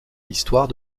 histoire